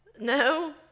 No